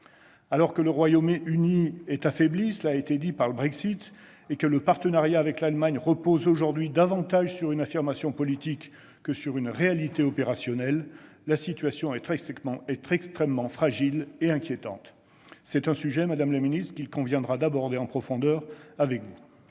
Alors que le Royaume-Uni est affaibli par le Brexit- cela a été souligné -et que le partenariat avec l'Allemagne repose aujourd'hui plus sur une affirmation politique que sur une réalité opérationnelle, la situation est extrêmement fragile et inquiétante. C'est un sujet, madame la ministre, qu'il conviendra d'aborder en profondeur avec vous.